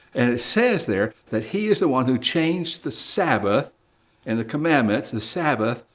and it says there, that he is the one who changed the sabbath and the commandments, the sabbath,